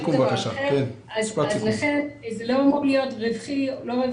לכן זה לא אמור להיות רווחי או לא רווחי.